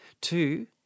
Two